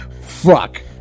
Fuck